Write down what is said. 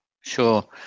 Sure